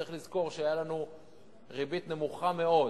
צריך לזכור שהיתה לנו ריבית נמוכה מאוד